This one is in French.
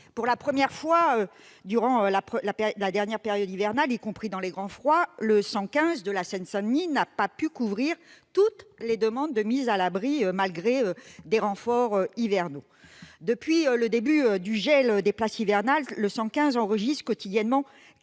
Pour la première fois durant la dernière période hivernale, y compris dans les grands froids, le 115 de la Seine-Saint-Denis n'a pas pu couvrir toutes les demandes de mise à l'abri, malgré des renforts hivernaux. Depuis le début du gel des places hivernales, le 115 enregistre quotidiennement